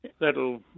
that'll